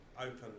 open